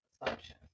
assumption